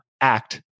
act